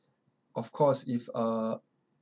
of course if uh